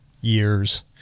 years